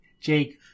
Jake